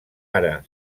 ara